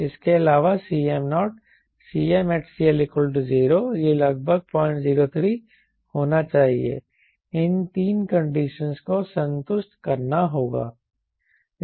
इसके अलावा Cm0 Cmat CL0 यह लगभग 003 होना चाहिए इन 3 कंडीशनस को संतुष्ट करना होगा